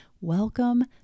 Welcome